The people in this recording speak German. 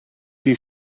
die